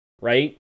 right